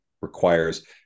requires